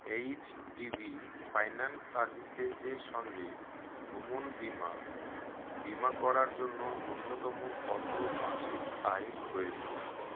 HDB finance সার্ভিসেসের সঙ্গে ভ্রমণ বিমা বিমা করার জন্য ন্যূন্যতম কত মাসিক আয়ের প্রয়োজন